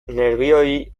nerbioi